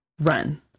run